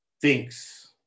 thinks